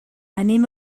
anem